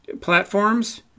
platforms